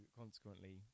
consequently